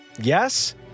Yes